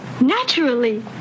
naturally